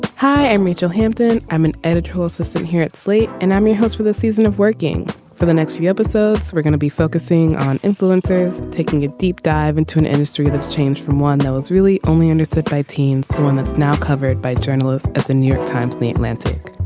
hi i'm rachel hampton. i'm an editorial assistant here at slate and i'm your host for this season of working for the next few episodes. we're gonna be focusing on influencers taking a deep dive and into an industry that's changed from one that was really only understood by teens to one that's now covered by journalists at the new york times the atlantic.